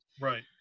right